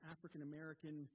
African-American